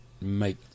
make